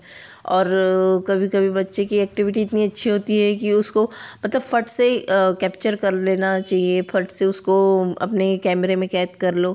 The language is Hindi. और कभी कभी बच्चों की एक्टिविटी इतनी अच्छी ओती है कि उसको मतलब फट से कैप्चर कर लेना चाहिए फट से उसको अपने कैमरे में कैद कर लो